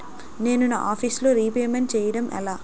నేను నా office loan repayment చేయడం ఎలా?